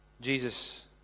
Jesus